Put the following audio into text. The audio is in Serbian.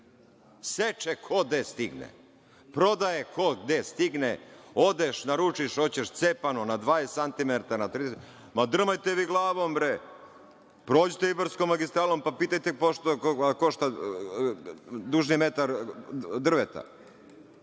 Seče ko gde stigne. Prodaje ko gde stigne. Odeš, naručiš, hoćeš cepano, na 20 santimetara. Ma, drmajte vi glavom, prođite ibarskom magistralom, pa pitajte pošto košta dužni metar drveta.